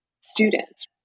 students